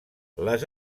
les